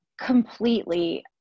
completely